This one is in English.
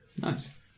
Nice